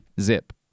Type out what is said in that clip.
Zip